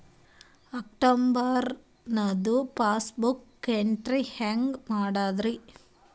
ಅಕ್ಟೋಬರ್ದು passbook entry ಹೆಂಗ್ ಮಾಡದ್ರಿ?